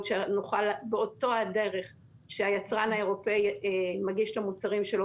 שנוכל באותה דרך שהיצרן האירופאי מגיש את המוצרים שלו,